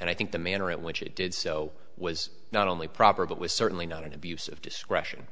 and i think the manner in which it did so was not only proper but was certainly not an abuse of discretion